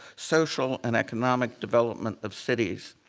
social, and economic development of cities.